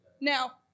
Now